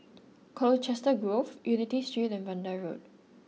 Colchester Grove Unity Street and Vanda Road